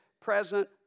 present